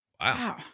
Wow